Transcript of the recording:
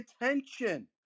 attention